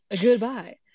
goodbye